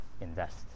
Invest